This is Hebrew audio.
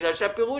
כי הפירוש,